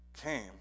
came